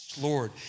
Lord